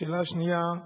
שאלה שנייה: